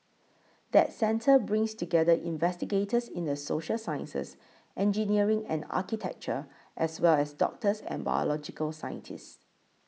that centre brings together investigators in the social sciences engineering and architecture as well as doctors and biological scientists